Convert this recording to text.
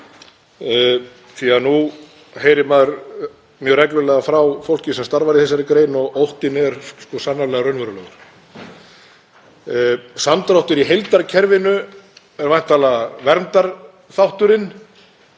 því að nú heyrir maður mjög reglulega frá fólki sem starfar í þessari grein og óttinn er sannarlega raunverulegur. Samdráttur í heildarkerfinu er væntanlega verndarþátturinn.